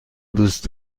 دوست